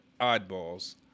oddballs